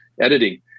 editing